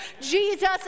Jesus